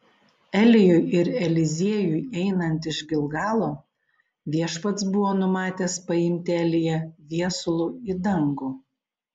elijui ir eliziejui einant iš gilgalo viešpats buvo numatęs paimti eliją viesulu į dangų